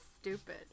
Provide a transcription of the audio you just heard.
stupid